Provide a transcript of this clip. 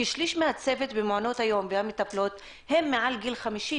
כשליש מהצוות ומעונות היום והמטפלות הן מעל גיל 50,